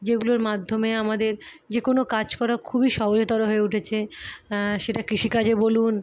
যেগুলোর মাধ্যমে আমাদের যে কোনো কাজ করা খুবই সহজতর হয়ে উঠেছে সেটা কৃষিকাজে বলুন